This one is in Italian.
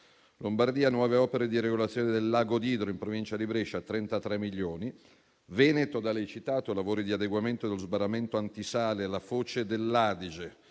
Lombardia, nuove opere di regolazione del lago d'Idro, in provincia di Brescia, per 33 milioni di euro; in Veneto, da lei citato, lavori di adeguamento dello sbarramento antisale alla foce dell'Adige,